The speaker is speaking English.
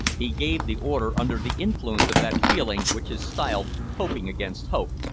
he gave the order under the influence of that feeling which is styled hoping against hope,